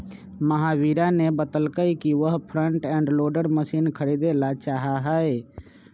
महावीरा ने बतल कई कि वह फ्रंट एंड लोडर मशीन खरीदेला चाहा हई